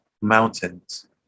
Mountains